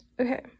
Okay